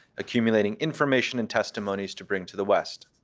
accumulating information and testimonies to bring to the west.